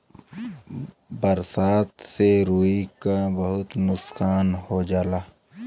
बरसात से रुई क बहुत नुकसान हो जाला